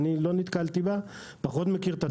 אני לא נתקלתי בה ופחות מכיר את התופעה.